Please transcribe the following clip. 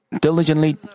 diligently